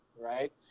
right